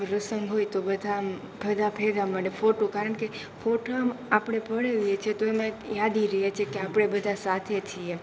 પ્રસંગ હોય તો બધા આમ બધા ભેગા મળે ફોટો કારણ કે ફોટામાં આપણે પડાવીએ છીએ તો એમાં એક યાદી રહે છે કે આપણે બધા સાથે છીએ